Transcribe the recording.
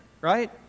right